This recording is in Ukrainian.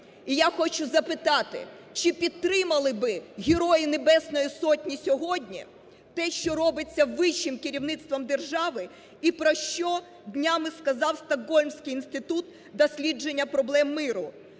І я запитати, чи підтримали би Герої Небесної Сотні сьогодні те, що робиться вищим керівництвом держави, і про що днями сказав Стокгольмський інститут дослідження проблем миру,